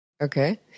okay